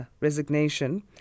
resignation